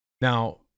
now